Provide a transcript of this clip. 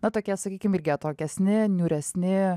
na tokie sakykim irgi atokesni niūresni